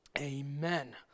Amen